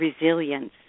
Resilience